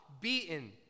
Beaten